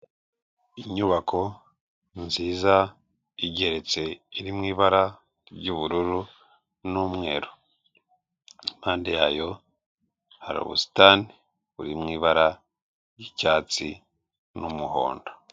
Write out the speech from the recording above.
Inyubako nziza igeretse iri mu ibara ry'ubururu n'umweru, impande yayo hari ubusitani buri mu ibara ry'icyatsi n'umuhondo.